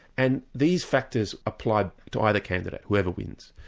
and these factors apply to either candidate, whoever wins.